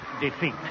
defeat